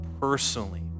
personally